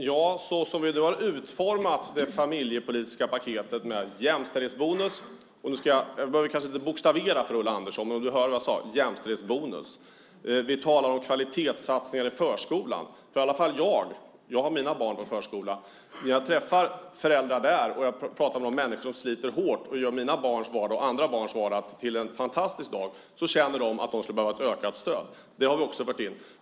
Fru talman! Ja, vi har utformat det familjepolitiska paketet med en jämställdhetsbonus. Jag kanske inte behöver bokstavera för Ulla Andersson om hon hörde vad jag sade: jämställdhetsbonus. Vi talar om kvalitetssatsningar i förskolan. Jag har mina barn på förskola, och där träffar jag föräldrar och pratar med de människor som sliter hårt för att göra mina och andra barns vardag till en fantastisk dag. De känner att de skulle behöva ett ökat stöd. Det har vi också fört in.